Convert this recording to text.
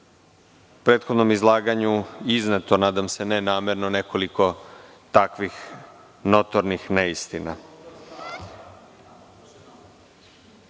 prethodnom izlaganju izneto, nadam se ne namerno, nekoliko takvih notornih neistina. Nije